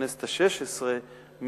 בכנסת השש-עשרה,